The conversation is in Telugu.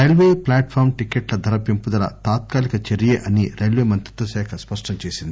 రైల్వే ప్లాట్ ఫామ్ టికెట్ల ధర పెంపుదల తాత్కాలిక చర్య అని రైల్వే మంత్రిత్వశాఖ స్పష్టం చేసింది